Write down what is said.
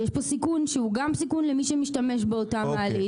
יש פה סיכון שהוא גם סיכון למי שמשתמש באותה מעלית,